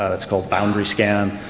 ah its called boundary scan.